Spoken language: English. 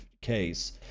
case